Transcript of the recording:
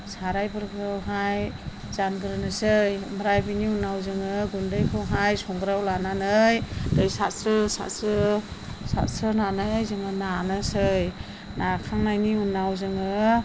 सारायफोखौहाय जानग्रोनोसै ओमफ्राय बिनि उनाव जोङो गुन्दैखौहाय संग्रायाव लानानै दै सास्रो सास्रो सास्रोनानै जोङो नानोसै नाखांनायनि उनाव जोङो